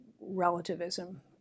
relativism